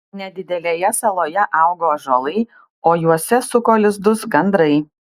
nedidelėje saloje augo ąžuolai o juose suko lizdus gandrai